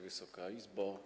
Wysoka Izbo!